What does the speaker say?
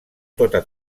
tota